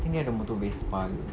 I think dia ada motor vespa